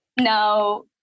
No